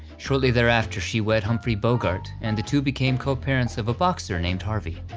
shortly thereafter she wed humphrey bogart and the two became co-parents of a boxer named harvey.